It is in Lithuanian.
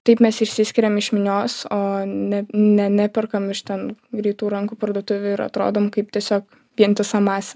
taip mes išsiskiriam iš minios o ne ne neperkam iš ten greitų rankų parduotuvių ir atrodom kaip tiesiog vientisa masė